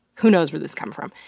who knows where this comes from.